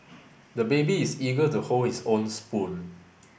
the baby is eager to hold his own spoon